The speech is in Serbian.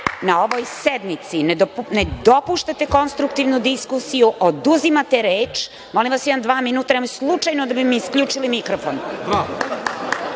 na ovoj sednici. Ne dopuštate konstruktivnu diskusiju, oduzimate reč. Molim vas, imam dva minuta, nemojte slučajno da mi isključite mikrofon. Ako